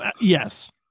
Yes